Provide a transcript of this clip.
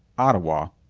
ottawa,